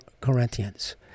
Corinthians